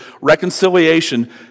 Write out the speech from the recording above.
reconciliation